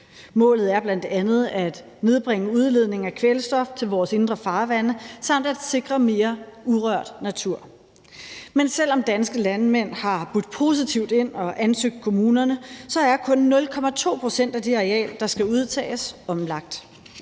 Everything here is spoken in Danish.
Målet er bl.a. at nedbringe udledningen af kvælstof til vores indre farvande samt at sikre mere urørt natur. Men selv om danske landmænd har budt positivt ind og ansøgt kommunerne, er kun 0,2 pct. af det areal, der skal udtages, omlagt.